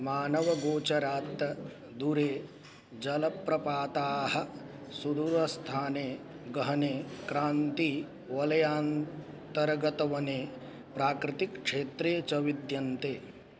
मानवगोचरात् दूरे जलप्रपाताः सुदूरस्थाने गहने क्रान्तिः वलयान्तरगतवने प्राकृतिकक्षेत्रे च विद्यन्ते